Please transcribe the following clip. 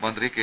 മന്ത്രി കെ